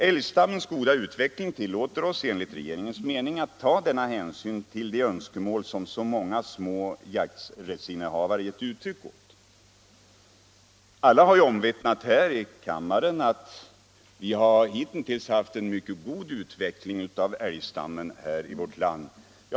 Älgstammens goda utveckling tillåter oss enligt regeringens mening att ta denna hänsyn till de önskemål som så många små jakträttsinnehavare gett uttryck åt. Alla har ju här i kammaren omvittnat att vi hitintills har haft en mycket god utveckling av älgstammen i vårt land.